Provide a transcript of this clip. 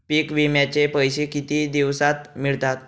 पीक विम्याचे पैसे किती दिवसात मिळतात?